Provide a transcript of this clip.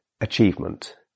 achievement